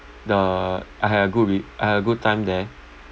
the I had a good re~ I had a good time there